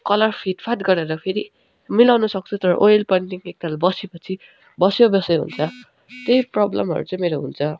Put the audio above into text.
colour fit फाट गरेर फेरि मिलाउनु सक्छु तर ओयल पेन्टिङ एक ताल बसे पछि बस्यो बस्यो हुन्छ त्यही प्रब्लमहरू चाहिँ मेरो हुन्छ